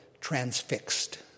transfixed